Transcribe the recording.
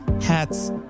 hats